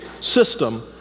system